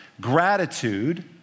Gratitude